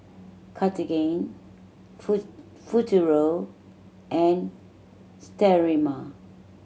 Cartigain Futuro and Sterimar